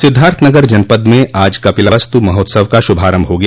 सिद्धार्थ नगर जनपद में आज कपिलवस्तु महोत्सव का शुभारम्भ हो गया